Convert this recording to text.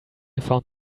found